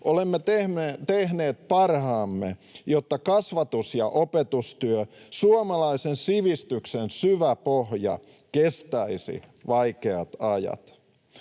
Olemme tehneet parhaamme, jotta kasvatus‑ ja opetustyö, suomalaisen sivistyksen syvä pohja, kestäisi vaikeat ajat.